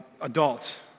adults